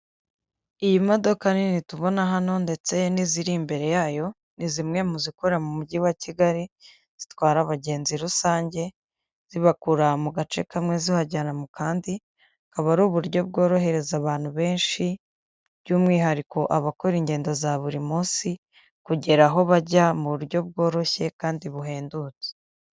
Iyi modoka nini tubona hano ndetse n'iziri imbere yayo, ni zimwe mu zikora mu mujyi wa Kigali, zitwara abagenzi rusange, zibakura mu gace kamwe zibajyana mu kandi, akaba ari uburyo bworohereza abantu benshi, by'umwihariko abakora ingendo za buri munsi, kugera aho bajya mu buryo bworoshye kandi buhendutse.